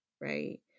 right